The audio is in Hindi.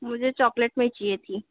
मुझे चॉकलेट में ही चाहिए थी